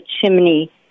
chimney